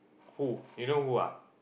who you know who ah